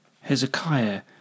Hezekiah